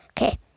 okay